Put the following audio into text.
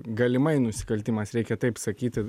galimai nusikaltimas reikia taip sakyti